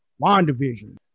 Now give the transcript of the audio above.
WandaVision